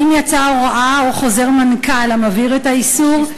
3. האם יצאה הוראה או חוזר מנכ"ל המבהיר את האיסור?